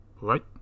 Right